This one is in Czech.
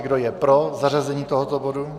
Kdo je pro zařazení tohoto bodu?